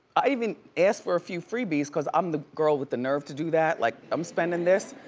i even asked for a few freebies cause i'm the girl with the nerve to do that. like i'm spendin' this,